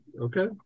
Okay